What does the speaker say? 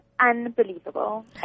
unbelievable